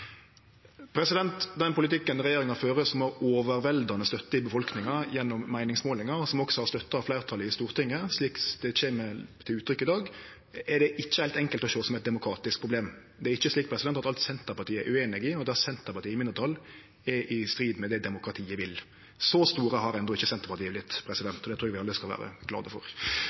Den politikken regjeringa fører, som har overveldande støtte i befolkninga gjennom meiningsmålingar, og som også har støtte av fleirtalet i Stortinget, slik det kjem til uttrykk i dag, er det ikkje heilt enkelt å sjå som eit demokratisk problem. Det er ikkje slik at alt Senterpartiet er ueinig i, og der Senterpartiet er i mindretal, er i strid med det demokratiet vil. Så stort har enno ikkje Senterpartiet vorte, og det trur eg vi skal vere glade for.